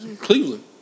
Cleveland